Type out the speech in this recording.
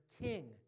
king